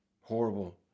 horrible